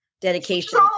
dedication